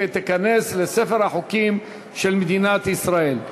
והוא ייכנס לספר החוקים של מדינת ישראל.